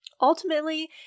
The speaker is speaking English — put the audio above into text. Ultimately